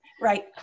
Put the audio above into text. Right